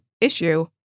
issue